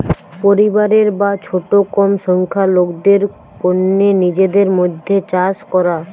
পরিবারের বা ছোট কম সংখ্যার লোকদের কন্যে নিজেদের মধ্যে চাষ করা